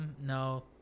no